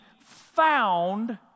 found